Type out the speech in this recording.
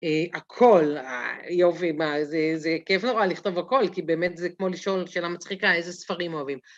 הכל, יובי, זה כיף נורא לכתוב הכל, כי באמת זה כמו לשאול שאלה מצחיקה איזה ספרים אוהבים...